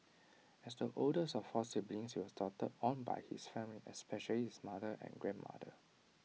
as the oldest of four siblings he was doted on by his family especially his mother and grandmother